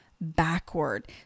backward